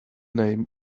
name